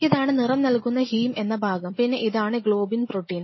ഇതാണ് നിറം നൽകുന്ന ഹീംഎന്ന ഭാഗം പിന്നെ ഇതാണ് ഗ്ലോബിൻ പ്രോട്ടീൻ